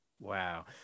Wow